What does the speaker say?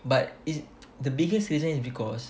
but is the biggest reason is because